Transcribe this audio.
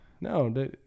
no